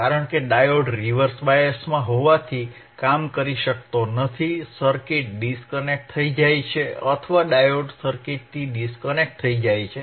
કારણ કે diode reverse બાયસમાં હોવાથી કામ કરી શકતો નથી સર્કિટ ડિસ્કનેક્ટ થઈ જાય છે અથવા ડાયોડ સર્કિટથી ડિસ્કનેક્ટ થઈ જાય છે